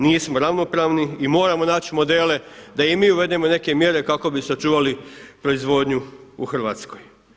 Nismo ravnopravni i moramo naći modele da i mi uvedemo neke mjere kako bi sačuvali proizvodnju u Hrvatskoj.